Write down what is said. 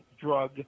drug